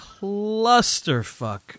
clusterfuck